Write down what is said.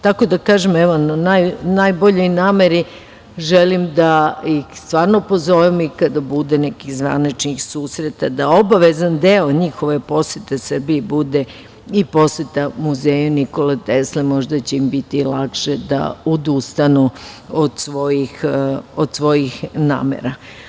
Tako da, u najboljoj nameri želim da ih stvarno pozovem i kada bude nekih zvaničnih susreta da obavezan deo njihove posete Srbiji bude i poseta Muzeju Nikole Tesle, možda će im biti lakše da odustanu od svojih namera.